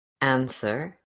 answer